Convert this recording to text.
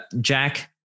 jack